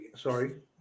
sorry